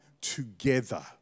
together